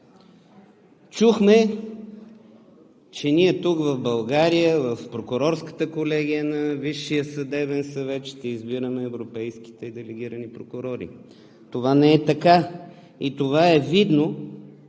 Чухме, че в България, в прокурорската колегия на Висшия съдебен съвет ще избираме европейските делегирани прокурори. Това не е така! Това е видно